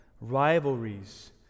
rivalries